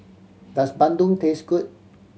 does bandung taste good